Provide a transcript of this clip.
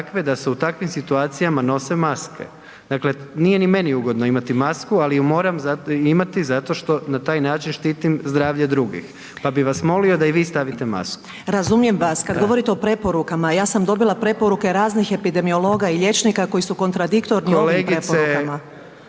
da se u takvim situacijama nose maske. Dakle, nije ni meni ugodno imati masku, ali ju moram imati zato što na taj način štitim zdravlje drugih, pa bi vas molio da i vi stavite masku. **Vidović Krišto, Karolina (DP)** Razumijem vas kad govorite o preporukama, ja sam dobila preporuke raznih epidemiologa i liječnika koji su kontradiktorni ovim preporukama.